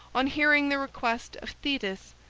on hearing the request of thetis,